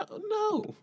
No